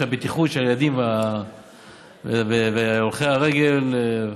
שהבטיחות של הילדים והולכי הרגל,